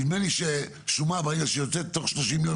נדמה לי ששומה ברגע שיוצאת בתוך 30 ימים